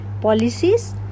policies